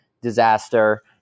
disaster